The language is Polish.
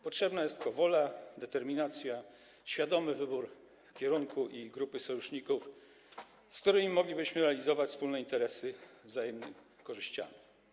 Potrzebna jest tylko wola, determinacja, świadomy wybór kierunku i grupy sojuszników, z którymi moglibyśmy realizować wspólne interesy, z wzajemnymi korzyściami.